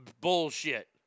bullshit